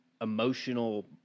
emotional